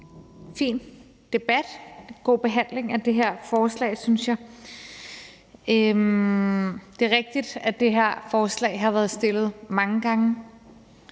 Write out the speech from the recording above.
fin debat og en god behandling af det her forslag, synes jeg. Det er rigtigt, at det her forslag er blevet fremsat mange gange.